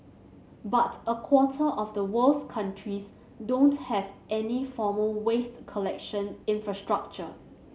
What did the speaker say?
but a quarter of the world's countries don't have any formal waste collection infrastructure